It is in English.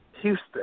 Houston